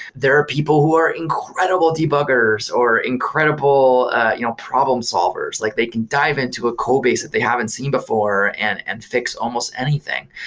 there are people who are incredible debuggers or incredible you know problems solvers. like they can dive in to a codebase that they haven't seen before and and fix almost anything.